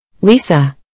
Lisa